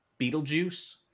Beetlejuice